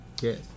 Yes